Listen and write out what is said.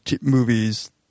movies